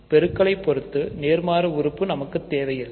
பெருக்கலை பொறுத்து நேர்மாறு உறுப்பு நமக்கு தேவையில்லை